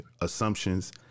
assumptions